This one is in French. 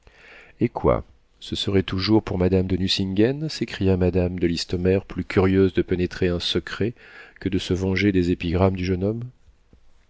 hé quoi ce serait toujours madame de nucingen s'écria madame de listomère plus curieuse de pénétrer un secret que de se venger des épigrammes du jeune homme